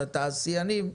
התעשיינים רצו.